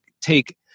take